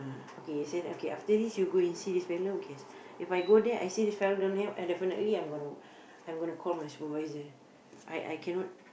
okay say that after this you go and see this fellow okay If I go there I see this fellow don't have I definitely I'm gonna I'm gonna call my supervisor I I cannot